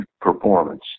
performance